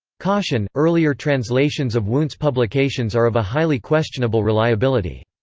caution earlier translations of wundt's publications are of a highly questionable reliability.